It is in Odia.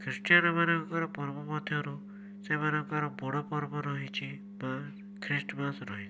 ଖ୍ରୀଷ୍ଟିଆନ ମାନଙ୍କର ପର୍ବ ମଧ୍ୟରୁ ସେମାନଙ୍କର ବଡ଼ ପର୍ବ ରହିଛି ବା ଖ୍ରୀଷ୍ଟମାସ ରହିଛି